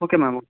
okay madam okay